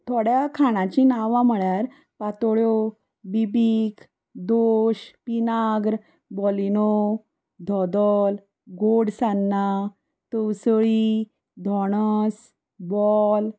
थोड्या खाणाची नांवां म्हळ्यार पातोळ्यो बिबीक दोश पिनाग्र बोलिनो धोदोल गोडसान्नां तवसळी धोणस बॉल